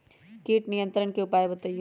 किट नियंत्रण के उपाय बतइयो?